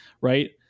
right